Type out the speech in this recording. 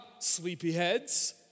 sleepyheads